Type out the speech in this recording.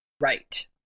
Right